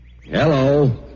Hello